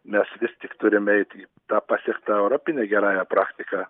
mes vis tik turim eit į tą pasiektą europinę gerąją praktiką